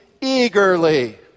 eagerly